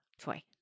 toy